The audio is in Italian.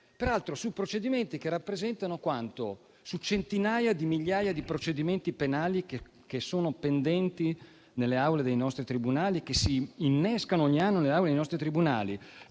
numero di procedimenti che rappresentano quanto? Centinaia di migliaia di procedimenti penali pendenti nelle aule dei nostri tribunali, che si innescano ogni anno nelle aule dei tribunali.